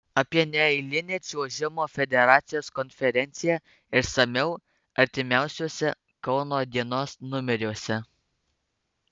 apie neeilinę čiuožimo federacijos konferenciją išsamiau artimiausiuose kauno dienos numeriuose